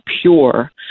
pure